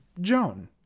Joan